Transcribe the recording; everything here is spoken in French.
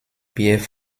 pierre